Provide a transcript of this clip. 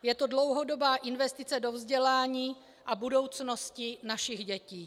Je to dlouhodobá investice do vzdělání a budoucnosti našich dětí.